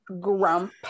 grump